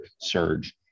surge